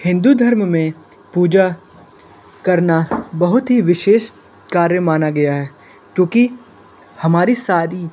हिन्दू धर्म में पूजा करना बहुत ही विशेष कार्य माना गया है क्योंकि हमारी सारी